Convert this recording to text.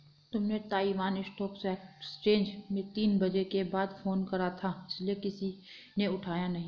तुमने Taiwan stock exchange में तीन बजे के बाद फोन करा था इसीलिए किसी ने उठाया नहीं